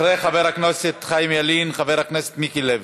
אחרי חבר הכנסת חיים ילין, חבר הכנסת מיקי לוי.